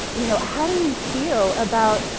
you know, how do you feel about